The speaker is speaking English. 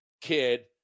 kid